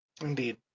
Indeed